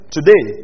Today